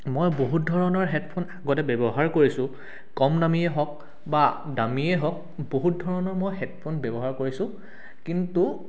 মই বহুত ধৰণৰ হেডফোন আগতে ব্যৱহাৰ কৰিছোঁ কম দামীয়ে হওক বা দামীয়ে হওক বহুত ধৰণৰ মই হেডফোন ব্যৱহাৰ কৰিছোঁ কিন্তু